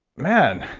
man,